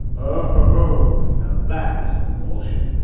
oh, now that is some bullshit.